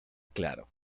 claro